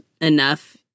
enough